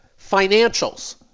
Financials